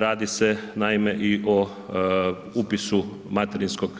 Radi se naime i o upisu materinskog